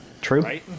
true